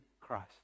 Christ